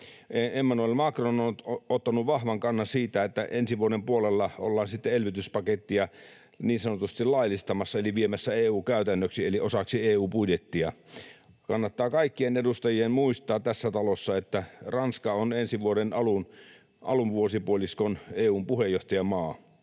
Emmanuel Macron on ottanut vahvan kannan siitä, että ensi vuoden puolella ollaan sitten elvytyspakettia niin sanotusti laillistamassa eli viemässä EU-käytännöksi eli osaksi EU-budjettia. Kannattaa kaikkien edustajien muistaa tässä talossa, että Ranska on ensi vuoden alun vuosipuoliskon EU:n puheenjohtajamaa